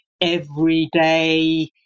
everyday